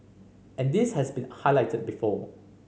and this has been highlighted before